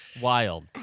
wild